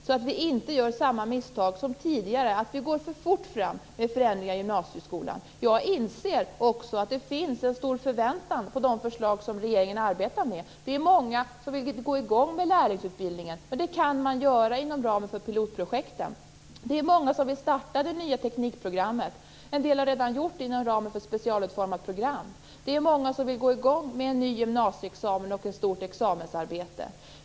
Vi skall inte göra samma misstag som tidigare och gå för fort fram med förändringar i gymnasieskolan. Jag inser också att det finns en stor förväntan på de förslag som regeringen arbetar med. Det är många som vill sätta i gång med lärlingsutbildningen, men det kan man göra inom ramen för pilotprojekten. Det är många som vill starta det nya teknikprogrammet, och en del har redan gjort det inom ramen för ett specialutformat program. Det är många som vill sätta i gång med en ny gymnasieexamen och ett stort examensarbete.